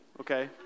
okay